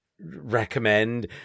recommend